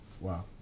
Wow